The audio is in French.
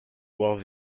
boire